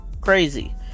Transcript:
crazy